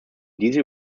diese